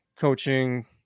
coaching